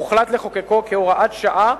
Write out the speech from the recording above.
הוחלט לחוקקו כהוראת שעה